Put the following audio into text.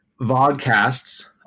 vodcasts